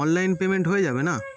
online payment হয়ে যাবে না